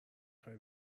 خوای